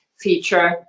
feature